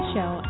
Show